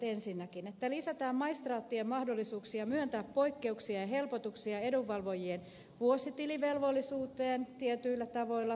ensinnäkin lisätään maistraattien mahdollisuuksia myöntää poikkeuksia ja helpotuksia edunvalvojien vuositilivelvollisuuteen tietyillä tavoilla